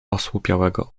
osłupiałego